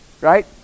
right